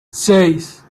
seis